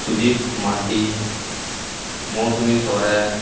ᱥᱩᱡᱤᱛ ᱢᱟᱨᱰᱤ ᱢᱳᱣᱹᱥᱩᱢᱤ ᱥᱚᱨᱮᱱ